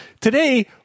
Today